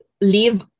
leave